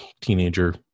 teenager